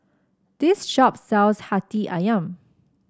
this shop sells Hati ayam